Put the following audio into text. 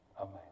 Amen